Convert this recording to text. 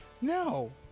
No